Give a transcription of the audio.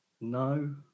no